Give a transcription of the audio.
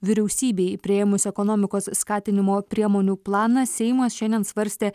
vyriausybei priėmus ekonomikos skatinimo priemonių planą seimas šiandien svarstė